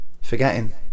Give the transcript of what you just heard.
forgetting